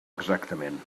exactament